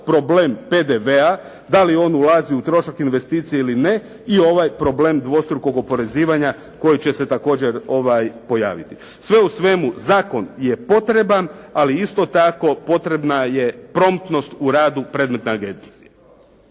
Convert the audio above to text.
problem PDV-a dali on ulazi u trošak investicije ili ne i ovaj problem dvostrukog oporezivanja koji će se također pojaviti. Sve u svemu zakon je potreban, ali isto tako potrebna je promptnost u radu predmetne agencije.